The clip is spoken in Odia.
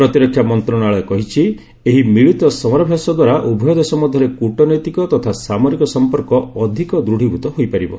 ପ୍ରତିରକ୍ଷା ମନ୍ତ୍ରଣାଳୟ କହିଛି ଏହି ମିଳିତ ସମରାଭ୍ୟାସ ଦ୍ୱାରା ଉଭୟ ଦେଶ ମଧ୍ୟରେ କ୍ରଟନୈତିକ ତଥା ସାମରିକ ସମ୍ପର୍କ ଅଧିକ ଦୂଢୀଭୂତ ହୋଇପାରିବ